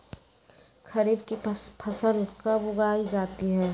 खरीफ की फसल कब उगाई जाती है?